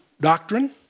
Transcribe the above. doctrine